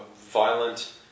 violent